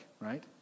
right